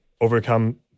overcome